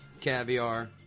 caviar